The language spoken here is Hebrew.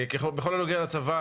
בכל הנוגע לצבא,